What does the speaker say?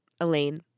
Elaine